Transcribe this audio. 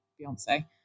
Beyonce